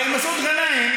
למסעוד גנאים,